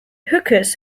hookahs